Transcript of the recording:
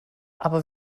aber